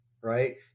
right